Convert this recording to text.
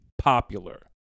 popular